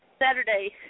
Saturday